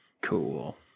Cool